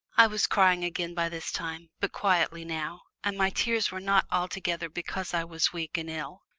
i was crying again by this time but quietly now, and my tears were not altogether because i was weak and ill.